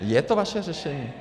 Je to vaše řešení?